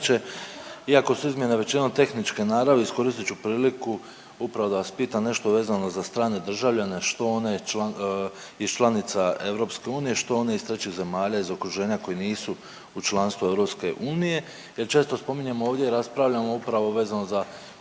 Iako su izmjene većinom tehničke naravi iskoristit ću priliku upravo da vas pitam nešto vezano za strane državljane iz članica EU što ini iz trećih zemalja iz okruženja koji nisu u članstvu EU. Jer često spominjemo ovdje i raspravljamo upravo vezano za